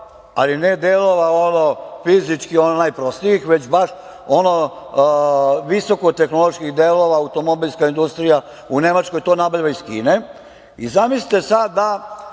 ali ne delova fizički najprostijih, već baš visoko-tehnoloških delova. Automobilska industrija u Nemačkoj to nabavlja iz Kine. Zamislite sada da